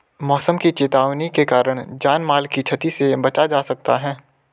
मौसम की चेतावनी के कारण जान माल की छती से बचा जा सकता है